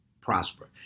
prosper